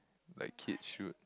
like kid shoot